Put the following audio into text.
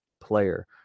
player